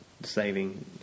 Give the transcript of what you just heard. saving